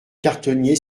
cartonnier